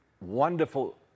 wonderful